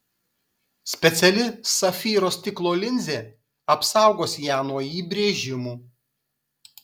speciali safyro stiklo linzė apsaugos ją nuo įbrėžimų